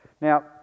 Now